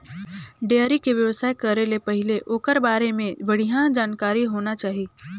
dairy के बेवसाय करे ले पहिले ओखर बारे में बड़िहा जानकारी होना चाही